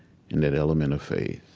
and that element of faith.